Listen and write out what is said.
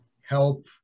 help